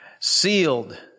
sealed